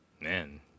Man